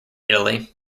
italy